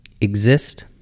exist